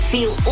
Feel